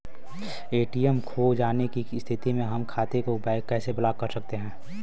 ATM खो जाने की स्थिति में हम खाते को कैसे ब्लॉक कर सकते हैं?